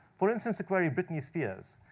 for instance, the query britney spears,